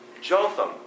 Jotham